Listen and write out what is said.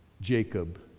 Jacob